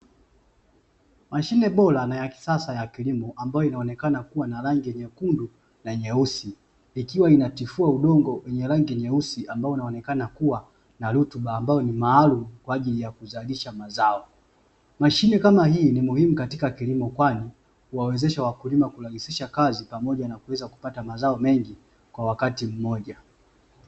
Mashine bora na ya kisasa ya kilimo ambayo inaonekana kuwa na rangi nyekundu, na nyeusi ikiwa inatifua udongo wenye rangi nyeusi ambao unaonekana kuwa na rutuba ambayo ni maalum kwa ajili ya kuzalisha mazao. Mashine kama hii ni muhimu katika kilimo kwani wawezesha wakulima kurahisisha kazi pamoja na kuweza kupata mazao mengi kwa wakati mmoja.